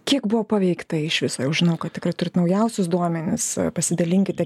kiek buvo paveikta iš viso jau žinau kad tikrai turit naujausius duomenis pasidalinkite